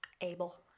abel